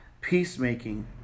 peacemaking